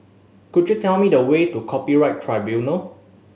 could you tell me the way to Copyright Tribunal